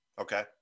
okay